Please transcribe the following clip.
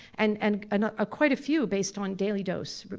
and and and ah quite a few based on daily dose,